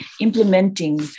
implementing